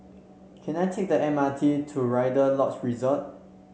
can I take the M R T to Rider Lodge Resort